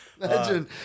Imagine